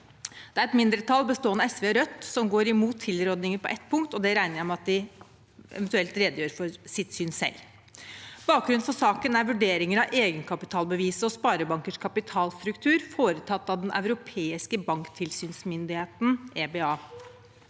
Det er et mindretall bestående av SV og Rødt som går imot tilrådingen på ett punkt, og jeg regner med at de eventuelt redegjør for sitt syn selv. Bakgrunnen for saken er vurderinger av egenkapitalbevis og sparebankers kapitalstruktur foretatt av den europeiske banktilsynsmyndigheten, EBA.